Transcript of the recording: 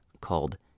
called